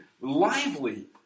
lively